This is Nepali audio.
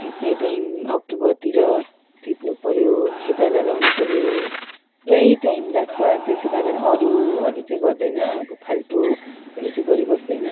टिप्ने टाइम अक्टोबरतिर टिप्नुपर्यो खेताला लगाउनुपर्यो पुरै टाइम लाग्छ त्यसै कारण अरूहरू चाहिँ गर्दैन अब फाल्टुहरू चाहिँ गरिबस्दैन